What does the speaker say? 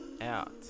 out